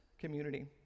community